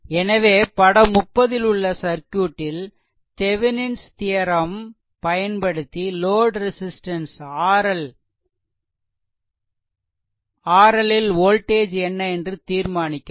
எனவே படம் 30 ல் உள்ள சர்க்யூட்டில் தெவெனிஸ் தியெரெம் Thevenin's theorem பயன்படுத்தி லோட் ரெசிஸ்ட்டன்ஸ் RL ல் வோல்டேஜ் என்ன என்று தீர்மானிக்கவும்